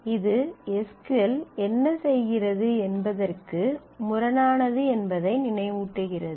இது S Q L என்ன செய்கிறது என்பதற்கு முரணானது என்பதை நினைவூட்டுகிறது